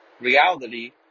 reality